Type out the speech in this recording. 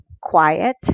quiet